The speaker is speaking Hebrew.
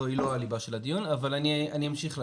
היא לא הליבה של הדיון ואני אמשיך להשיב.